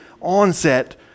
onset